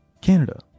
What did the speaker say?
Canada